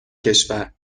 کشور